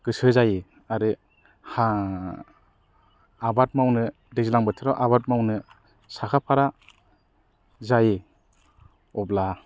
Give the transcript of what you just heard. गोसो जायो आरो हा आबाद मावनो दैज्लां बोथोराव आबाद मावनो साखाफारा जायो अब्ला